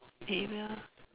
area